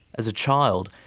as a child,